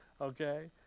Okay